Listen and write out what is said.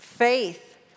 Faith